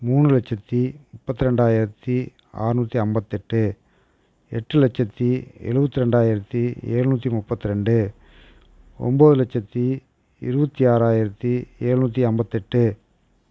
மூணு லட்சத்தி முப்பத்தி ரெண்டாயிரத்தி ஆறுநூத்தி ஐம்பத்தெட்டு எட்டு லட்சத்தி எழுபத்தி ரெண்டாயிரத்தி எழுநூற்றி முப்பத்தி ரெண்டு ஒம்பது லட்சத்தி இருபத்தி ஆறாயிரத்தி எழுநூற்றி ஐம்பத்தெட்டு